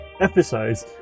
episodes